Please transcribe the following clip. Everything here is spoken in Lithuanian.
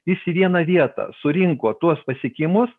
jis į vieną vietą surinko tuos pasiekimus